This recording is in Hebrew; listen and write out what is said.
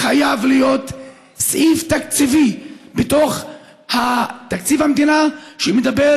חייב להיות סעיף תקציבי בתוך תקציב המדינה שמדבר